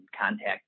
contact